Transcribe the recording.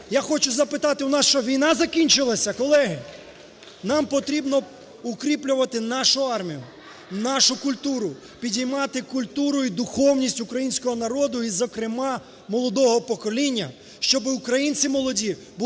Я хочу запитати, у нас що, війна закінчилася, колеги? Нам потрібно укріплювати нашу армію, нашу культуру, підіймати культуру і духовність українського народу і, зокрема, молодого покоління, щоби українці молоді були патріотами